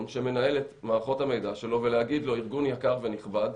שמנהל את מערכות המידע שלו ולהגיד לו: ארגון יקר ונכבד,